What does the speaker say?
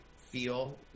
feel